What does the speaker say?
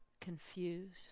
confused